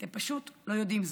אתם פשוט לא יודעים זאת,